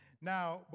Now